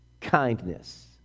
Kindness